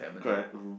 correct rule